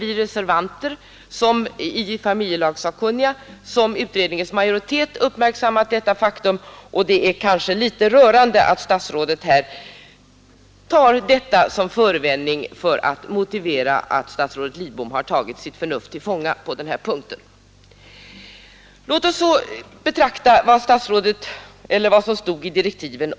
Vi reservanter i familjelagssakkunniga och utskottets majoritet har däremot uppmärksammat detta faktum, och det är nästan litet rörande att statsrådet Lidbom som förevändning för att han tagit sitt förnuft till fånga på denna punkt tar att ett borttagande av vigseln skulle innebära ett brott mot FN-konventionen.